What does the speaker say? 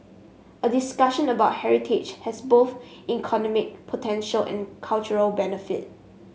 a discussion about heritage has both economic potential and cultural benefit